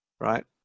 right